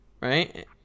Right